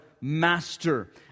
master